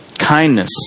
kindness